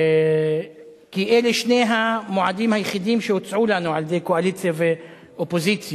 כי אלה שני המועדים היחידים שהוצעו לנו על-ידי הקואליציה והאופוזיציה.